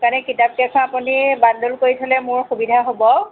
তেনে কিতাপকেইখন আপুনি বান্দোল কৰি থ'লে মোৰ সুবিধা হ'ব